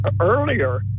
earlier